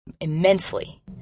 Immensely